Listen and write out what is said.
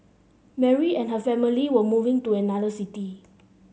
Mary and her family were moving to another city